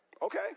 Okay